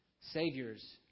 Saviors